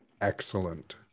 excellent